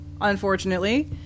Unfortunately